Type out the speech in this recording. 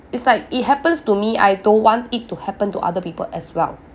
it's like it happens to me I don't want it to happen to other people as well